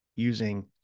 using